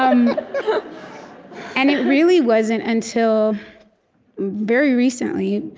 ah and and it really wasn't until very recently,